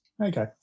okay